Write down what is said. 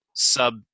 sub